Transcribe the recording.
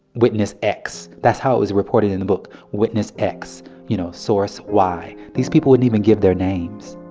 witness x. that's how it was reported in the book witness x, you know, source y. these people wouldn't even give their names